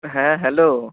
হ্যাঁ হ্যালো